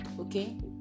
Okay